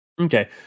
Okay